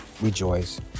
rejoice